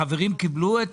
החברים קיבלו את